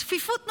צפיפות נוראית.